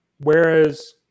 whereas